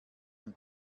ein